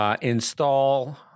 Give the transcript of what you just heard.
install